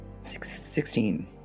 Sixteen